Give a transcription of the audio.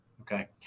Okay